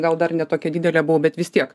gal dar ne tokia didelė bet vis tiek